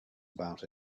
about